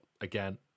again